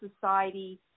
society